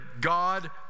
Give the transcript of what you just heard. God